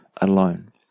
alone